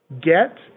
Get